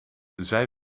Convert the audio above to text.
zij